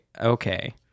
okay